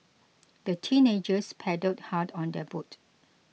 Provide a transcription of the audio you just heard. the teenagers paddled hard on their boat